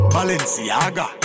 Balenciaga